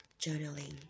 journaling